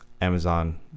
Amazon